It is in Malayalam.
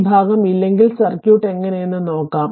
ഈ ഭാഗം ഇല്ലെങ്കിൽ സർക്യൂട്ട് എങ്ങനെയെന്ന് നോക്കാം